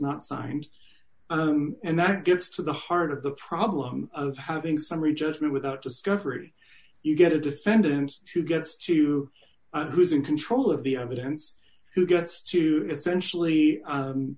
not signed and that gets to the heart of the problem of having summary judgment without discovery you get a defendant who gets to who's in control of the evidence who gets to essentially